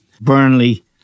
Burnley